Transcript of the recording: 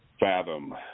fathom